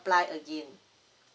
again